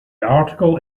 article